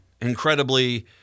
Incredibly